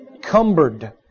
Cumbered